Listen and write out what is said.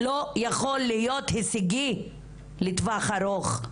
לא יכול להיות הישגי לטווח ארוך.